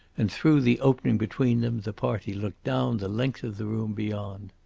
and through the opening between them the party looked down the length of the room beyond.